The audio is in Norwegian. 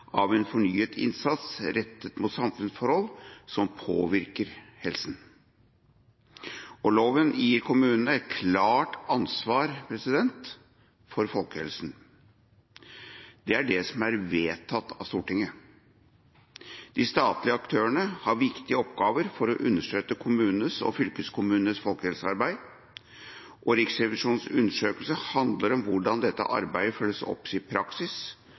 av en fornyet innsats rettet mot samfunnsforhold som påvirker helse. Og loven gir kommunene et klart ansvar for folkehelsa. Det er det som er vedtatt av Stortinget. De statlige aktørene har viktige oppgaver med å understøtte kommuners og fylkeskommuners folkehelsearbeid. Riksrevisjonens undersøkelse handler om hvordan dette arbeidet følges opp i praksis